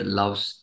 loves